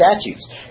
statutes